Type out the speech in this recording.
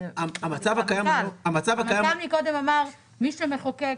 המנכ"ל מקודם אמר שמי שמחוקק,